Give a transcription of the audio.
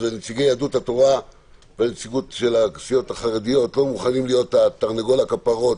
נציגי יהדות התורה ונציגות של הסיעות החרדיות תרנגול הכפרות